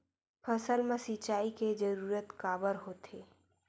फसल मा सिंचाई के जरूरत काबर होथे?